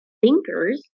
thinkers